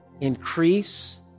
Increase